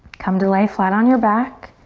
come to lie flat on your back.